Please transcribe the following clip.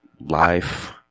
life